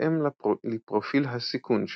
בהתאם לפרופיל הסיכון שלו.